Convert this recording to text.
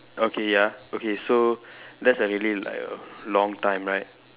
okay ya okay so that's a really like a long time right